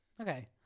Okay